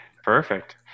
Perfect